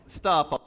stop